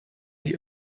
die